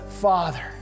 Father